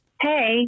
Hey